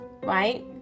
right